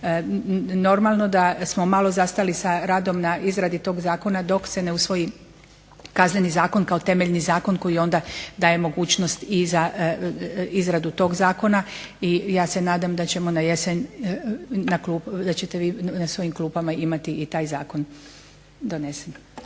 Normalno da smo malo zastali s radom na izradi toga zakona dok se ne usvoji Kazneni zakon kao temeljni zakon koji onda daje mogućnost i za izradu toga zakona. I ja se nadam da ćete vi na svojim klupama na jesen imati i taj zakon donesen.